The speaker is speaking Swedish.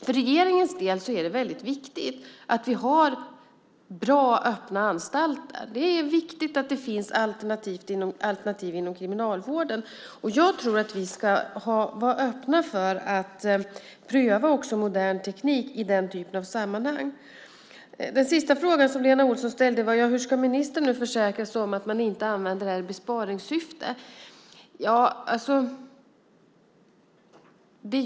För regeringens del är det väldigt viktigt att vi har bra öppna anstalter. Det är viktigt att det finns alternativ inom kriminalvården. Jag tror att vi ska vara öppna för att också pröva modern teknik i den typen av sammanhang. Den sista frågan som Lena Olsson ställde var: Hur ska ministern nu försäkra sig om att man inte använder det i besparingssyfte?